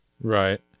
Right